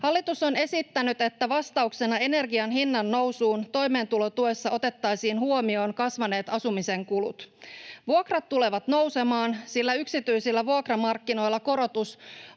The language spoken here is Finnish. Hallitus on esittänyt, että vastauksena energian hinnannousuun toimeentulotuessa otettaisiin huomioon kasvaneet asumisen kulut. Vuokrat tulevat nousemaan, sillä yksityisillä vuokramarkkinoilla korotus